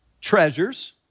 treasures